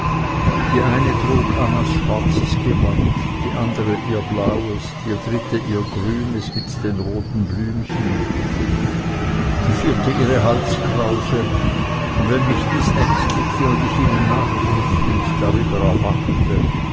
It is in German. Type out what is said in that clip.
die eine trug annas schwarzes gewand die andere ihr blaues die dritte ihr grünes mit den roten blümchen die vierte ihre halskrause und wenn mich dies ängstigte und ich ihnen nachlief und darüber erwachte